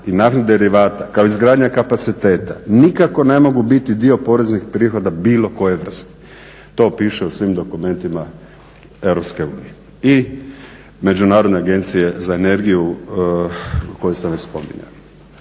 i naftnih derivata kao izgradnja kapaciteta nikako ne mogu biti dio poreznih prihoda bilo koje vrste. To piše u svim dokumentima EU i međunarodne agencije za energiju koju sam već spominjao.